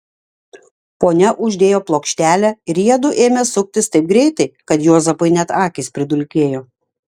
ponia uždėjo plokštelę ir jiedu ėmė suktis taip greitai kad juozapui net akys pridulkėjo